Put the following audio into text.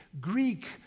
Greek